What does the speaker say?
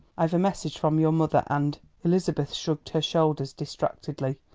i've a message from your mother, and elizabeth shrugged her shoulders distractedly.